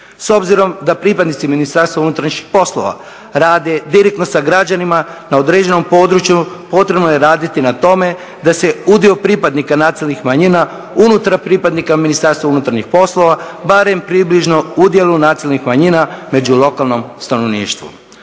S obzirom da pripadnici Ministarstva unutarnjih poslova rade direktno sa građanima na određenom području potrebno je raditi na tome da se udio pripadnika nacionalnih manjina unutar pripadnika Ministarstva unutarnjih poslova barem približno udjelu nacionalnih manjina među lokalnim stanovništvom.